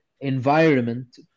environment